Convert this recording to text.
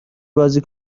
بازی